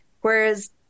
Whereas